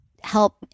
help